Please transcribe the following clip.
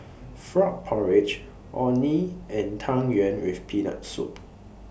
Frog Porridge Orh Nee and Tang Yuen with Peanut Soup